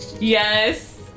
Yes